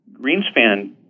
Greenspan